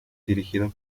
dirigido